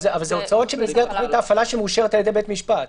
זה הוצאות במסגרת תוכנית ההפעלה שמאושרת על ידי בית משפט.